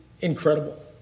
Incredible